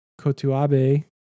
Kotuabe